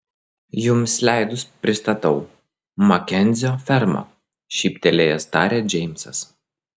jums leidus pristatau makenzio ferma šyptelėjęs tarė džeimsas